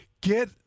get